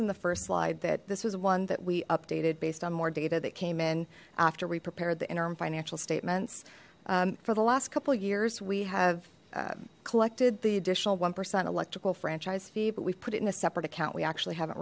in the first slide that this was one that we updated based on more data that came in after we prepared the interim financial statements for the last couple years we have collected the additional one percent electrical franchise fee but we've put it in a separate account we actually haven't